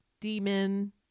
demon